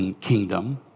kingdom